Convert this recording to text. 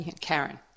Karen